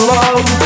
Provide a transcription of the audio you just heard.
love